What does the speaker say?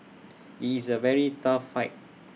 IT is A very tough fight